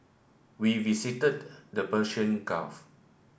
we visited the Persian Gulf